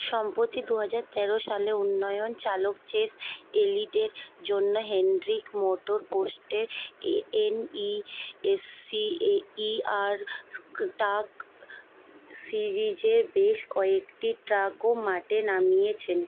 সম্পতি দু হাজার তেরো সালে উন্নয়ন চালক চেস এলিটের জন্য হেণ্ড্রিক মোটর পোস্টে এএনই এসসিএই আর ট্রাক সিরিজে বেশ কয়েকটি ট্রাকও মাঠে নামিয়েছেন